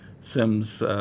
Sims